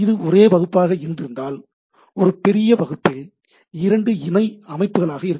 இது ஒரே வகுப்பாக இருந்திருந்தால் ஒரு பெரிய வகுப்பில் இரண்டு இணை அமைப்புகளாக இருக்கும்